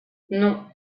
non